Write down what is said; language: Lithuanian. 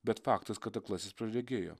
bet faktas kad aklasis praregėjo